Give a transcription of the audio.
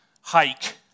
hike